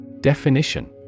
Definition